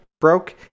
broke